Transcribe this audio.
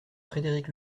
frédéric